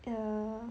err